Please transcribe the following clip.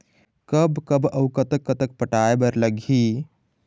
कब कब अऊ कतक कतक पटाए बर लगही